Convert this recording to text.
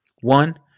One